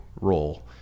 role